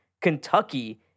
Kentucky